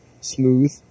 smooth